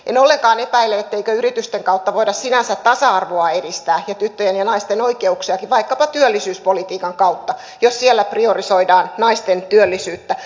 en ollenkaan epäile etteikö yritysten kautta voida sinänsä edistää tasa arvoa ja tyttöjen ja naisten oikeuksiakin vaikkapa työllisyyspolitiikan kautta jos siellä priorisoidaan naisten työllisyyttä